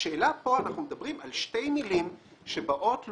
פה אנחנו מדברים על שתי מילים שבאות לומר,